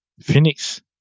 Phoenix